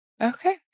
Okay